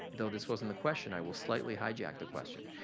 though this wasn't the question, i will slightly hijacked the question.